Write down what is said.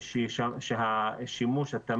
בארץ שאין בו תשתית של תקשורת.